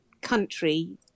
country